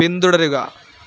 പിന്തുടരുക